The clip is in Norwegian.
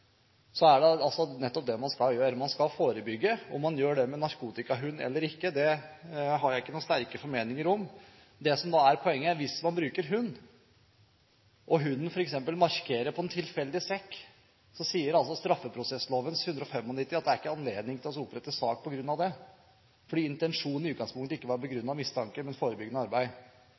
nettopp det – man skal forebygge. Om man gjør det med narkotikahund eller ikke, har jeg ikke noen sterke formeninger om. Det som er poenget, er: Hvis man bruker hund og hunden f.eks. markerer på en tilfeldig sekk, sier altså straffeprosessloven § 195 at det ikke er anledning til å reise sak på grunn av det, fordi intensjonen i utgangspunktet ikke gjaldt begrunnet mistanke, men forebyggende arbeid.